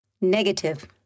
Negative